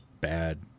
bad